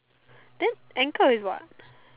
then ankle is what